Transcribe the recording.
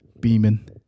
beaming